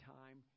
time